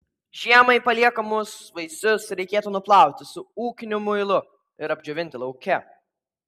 žiemai paliekamus vaisius reikėtų nuplauti su ūkiniu muilu ir apdžiovinti lauke